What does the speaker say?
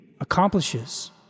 accomplishes